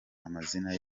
amazina